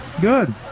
good